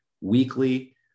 weekly